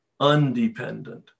undependent